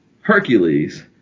Hercules